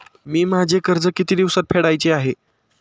मी माझे कर्ज किती दिवसांत फेडायचे आहे?